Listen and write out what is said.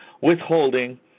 withholding